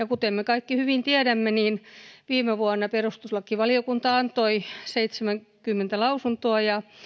kuten me kaikki hyvin tiedämme viime vuonna perustuslakivaliokunta antoi seitsemänkymmentä lausuntoa ja